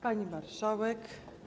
Pani Marszałek!